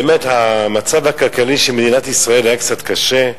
באמת, המצב הכלכלי של מדינת ישראל היה קצת קשה,